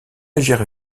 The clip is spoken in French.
agir